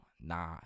nah